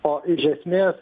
o iš esmės